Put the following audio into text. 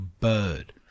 bird